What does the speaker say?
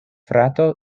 frato